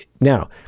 now